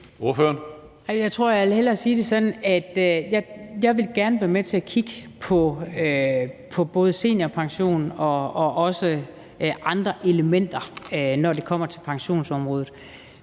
jeg gerne vil være med til at kigge på både seniorpension og også andre elementer, når det kommer til pensionsområdet.